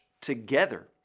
together